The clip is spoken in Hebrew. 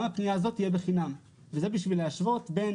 גם הפנייה הזאת תהיה בחינם וזה כדי להשוות בין